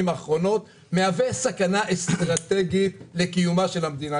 האחרונות מהווה סכנה אסטרטגית לקיומה של המדינה.